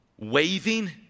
waving